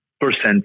percent